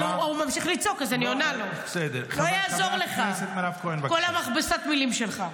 אבל הוא ממשיך לצעוק אז אני עונה לו: לא יעזור לך כל מכבסת המילים שלך.